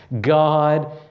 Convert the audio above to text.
God